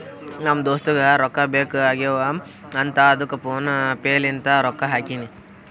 ನಮ್ ದೋಸ್ತುಗ್ ರೊಕ್ಕಾ ಬೇಕ್ ಆಗೀವ್ ಅಂತ್ ಅದ್ದುಕ್ ಫೋನ್ ಪೇ ಲಿಂತ್ ರೊಕ್ಕಾ ಹಾಕಿನಿ